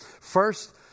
First